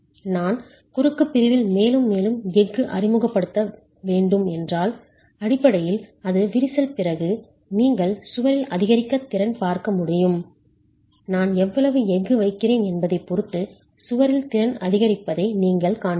நான் குறுக்கு பிரிவில் மேலும் மேலும் எஃகு அறிமுகப்படுத்த வேண்டும் என்றால் அடிப்படையில் அது விரிசல் பிறகு நீங்கள் சுவரில் அதிகரித்த திறன் பார்க்க முடியும் நான் எவ்வளவு எஃகு வைக்கிறேன் என்பதைப் பொறுத்து சுவரில் திறன் அதிகரிப்பதை நீங்கள் காண்பீர்கள்